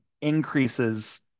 increases